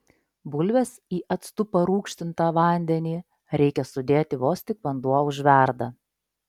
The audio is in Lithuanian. bulves į actu parūgštintą vandenį reikia sudėti vos tik vanduo užverda